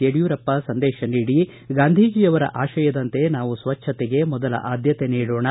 ಯಡಿಯೂರಪ್ಪ ಸಂದೇಶ ನೀಡಿ ಗಾಂಧೀಜಿಯವರ ಆಶಯದಂತೆ ನಾವು ಸ್ವಜ್ಞಕೆಗೆ ಮೊದಲ ಆದ್ಯಕೆ ನೀಡೋಣ